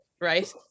right